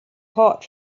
hot